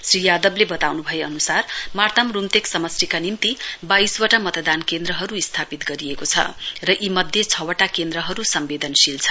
श्री यादवले बताउन् भए अनुसार मार्ताम रूम्तेक समष्टिका निम्ति बाइस वटा मतदान केन्द्रहरू स्थापित गरिएको छ र यी मध्ये छ वटा केन्द्रहरू सम्वेदनशील छन्